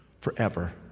forever